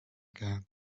again